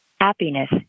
Happiness